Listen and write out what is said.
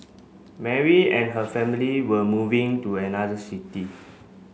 Mary and her family were moving to another city